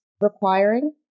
requiring